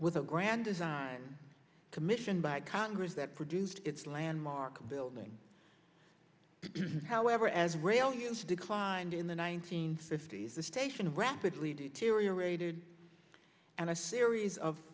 with a grand design commissioned by congress that produced its landmark building however as rail use declined in the nineteen fifties the station rapidly deteriorated and a series of